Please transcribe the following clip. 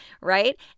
right